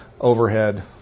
overhead